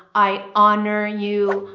i honor you,